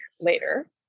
later